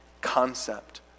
concept